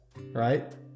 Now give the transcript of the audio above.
right